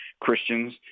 Christians